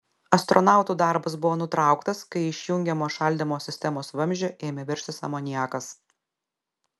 astronautų darbas buvo nutrauktas kai iš jungiamo šaldymo sistemos vamzdžio ėmė veržtis amoniakas